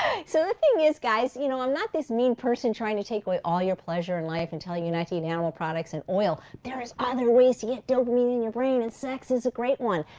so the thing is, guys, you know i'm not this mean person trying to take away all your pleasure in life and telling you not to eat animal products and oil. there are other ways to get dopamine in your brain, and sex is a great one.